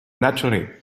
naturally